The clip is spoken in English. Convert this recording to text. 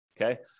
Okay